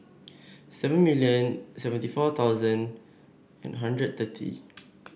seven million seventy four thousand and hundred thirty